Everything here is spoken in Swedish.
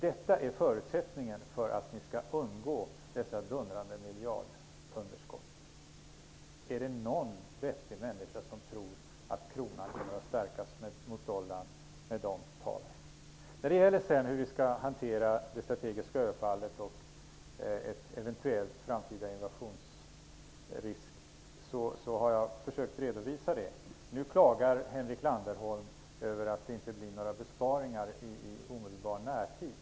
Detta är förutsättningen för att ni skall undgå dessa dundrande miljardunderskott. Är det någon vettig människa som tror att kronan kommer att stärkas mot dollarn med de talen? När det sedan gäller hur vi skall hantera det strategiska överfallet och en eventuell framtida invasionsrisk har jag försökt att redovisa det. Nu klagar Henrik Landerholm över att det inte blir några besparingar i omedelbar närtid.